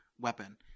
weapon